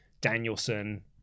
Danielson